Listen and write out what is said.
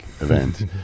event